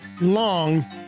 long